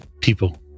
people